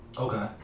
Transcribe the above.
Okay